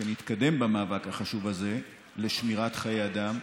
כשנתקדם במאבק החשוב הזה על שמירת חיי אדם,